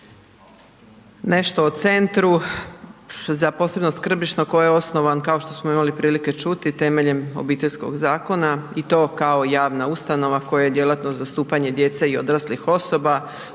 nešto o Centru za posebno skrbništvo koje je osnovan kao što smo imali prilike čuti temeljem Obiteljskog zakona i to kao javna ustanova kojoj je djelatnost zastupanje djece i odraslih osoba